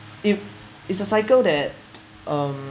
if it's a cycle that um